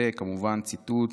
זה כמובן ציטוט